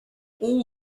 all